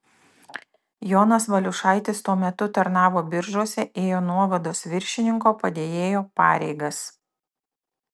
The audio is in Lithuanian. jonas valiušaitis tuo metu tarnavo biržuose ėjo nuovados viršininko padėjėjo pareigas